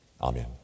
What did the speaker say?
Amen